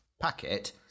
Packet